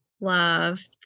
love